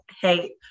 hey